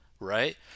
right